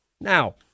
Now